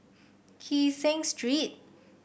Kee Seng Street